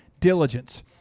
diligence